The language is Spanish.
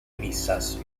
grisáceo